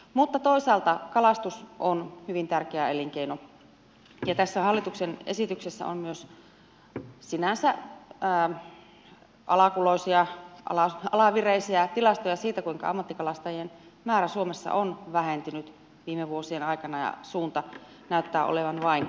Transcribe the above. mutta toisaalta kalastus on hyvin tärkeä elinkeino ja tässä hallituksen esityksessä on myös sinänsä alakuloisia alavireisiä tilastoja siitä kuinka ammattikalastajien määrä suomessa on vähentynyt viime vuosien aikana ja suunta näyttää olevan vain alaspäin